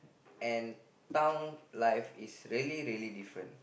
and town life is really really different